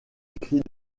écrit